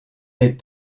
des